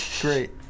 Great